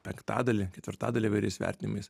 penktadalį ketvirtadalį įvairiais vertinimais